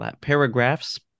paragraphs